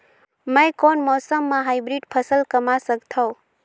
मै कोन मौसम म हाईब्रिड फसल कमा सकथव?